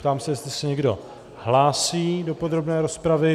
Ptám se, jestli se někdo hlásí do podrobné rozpravy.